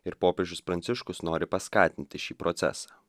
ir popiežius pranciškus nori paskatinti šį procesą